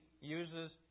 uses